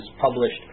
published